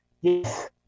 yes